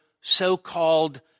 so-called